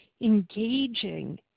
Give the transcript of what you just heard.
engaging